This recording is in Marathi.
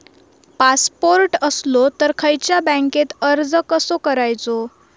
पासपोर्ट असलो तर खयच्या बँकेत अर्ज कसो करायचो?